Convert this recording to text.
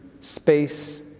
Space